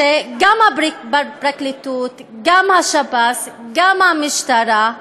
שגם בפרקליטות, גם בשב"ס, גם במשטרה,